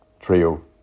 trio